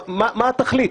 מה התכלית?